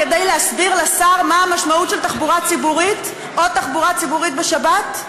כדי להסביר לשר מה המשמעות של תחבורה ציבורית או תחבורה ציבורית בשבת?